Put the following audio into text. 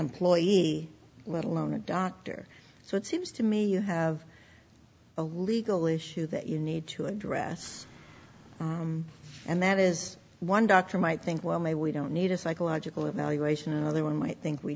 employee alone or doctor so it seems to me you have a legal issue that you need to address and that is one doctor might think well maybe we don't need a psychological evaluation or one might think we